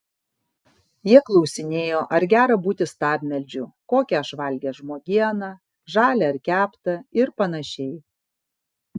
jie klausinėjo ar gera būti stabmeldžiu kokią aš valgęs žmogieną žalią ar keptą ir panašiai